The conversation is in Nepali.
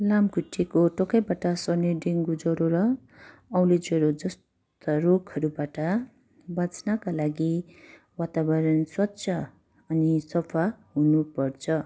लामखुट्टेको टोकाइबाट सर्ने डेङ्गु ज्वरो र औले ज्वरो जस्ता रोगहरूबाट बाँच्नका लागि वातावरण स्वच्छ अनि सफा हुनु पर्छ